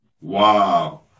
Wow